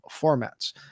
formats